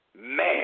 Man